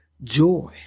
Joy